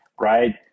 right